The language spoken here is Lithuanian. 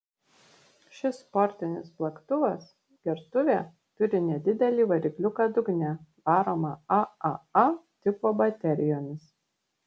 šis sportinis plaktuvas gertuvė turi nedidelį varikliuką dugne varomą aaa tipo baterijomis